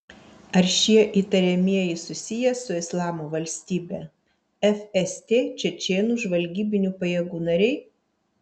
ar šie įtariamieji susiję su islamo valstybe fst čečėnų žvalgybinių pajėgų nariai